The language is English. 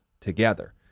together